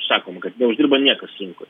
sakom kad neuždirba niekas rinkoj